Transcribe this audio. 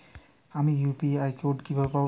আমি UPI code কিভাবে বানাব?